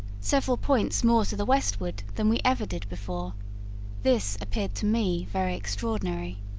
several points more to the westward than we ever did before this appeared to me very extraordinary.